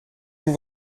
vous